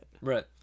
Right